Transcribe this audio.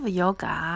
yoga